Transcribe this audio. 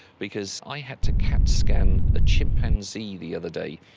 because i had to cat scan a chimpanzee the other day.